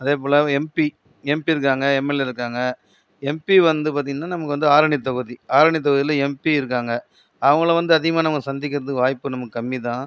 அதே போல MP MP இருக்காங்கள் எம்எல்ஏ இருக்காங்க எம்பி வந்து பார்த்தீங்கன்னா நமக்கு வந்து ஆரணிய தொகுதி ஆரணி தொகுதியில் எம்பி இருக்காங்கள் அவங்களை வந்து அதிகமாக நம்ம சந்திக்கிறத்துக்கு வாய்ப்பு நம்மளுக்கு கம்மிதான்